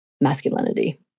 masculinity